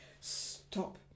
stop